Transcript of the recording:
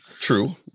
true